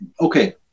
Okay